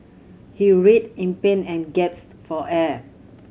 he writhed in pain and for air